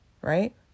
Right